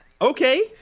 Okay